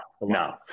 no